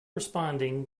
responding